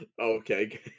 okay